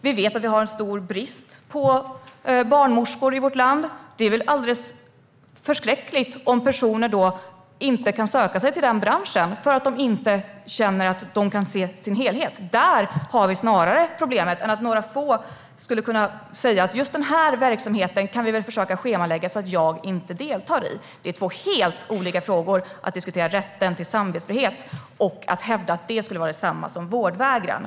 Vi vet att vi har en stor brist på barnmorskor i vårt land. Det är väl alldeles förskräckligt om personer inte kan söka sig till den branschen för att de inte känner att de kan se till sin helhet. Där har vi snarare problemet än att några få skulle kunna säga: Just den här verksamheten kan vi väl försöka schemalägga så att jag inte deltar i den. Det är två helt olika frågor att diskutera rätten till samvetsfrihet och att hävda att det skulle vara detsamma som vårdvägran.